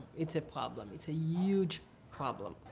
it's a problem, it's a huge problem.